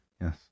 Yes